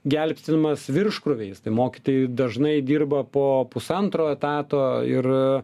gelbstimas virškrūviais tai mokytojai dažnai dirba po pusantro etato ir